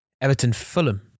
Everton-Fulham